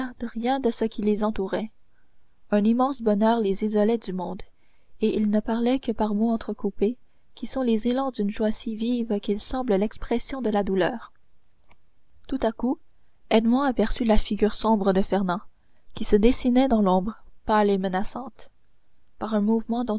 rien de ce qui les entourait un immense bonheur les isolait du monde et ils ne parlaient que par ces mots entrecoupés qui sont les élans d'une joie si vive qu'ils semblent l'expression de la douleur tout à coup edmond aperçut la figure sombre de fernand qui se dessinait dans l'ombre pâle et menaçante par un mouvement